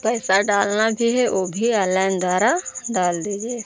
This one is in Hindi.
पैसा डालना भी है वह भी ऑनलाइन द्वारा डाल दीजिए